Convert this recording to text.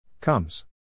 Comes